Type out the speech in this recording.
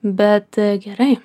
bet gerai